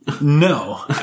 No